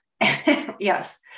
yes